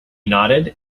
nodded